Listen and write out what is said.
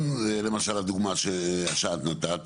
גם למשל הדוגמה שאת נתת,